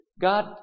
God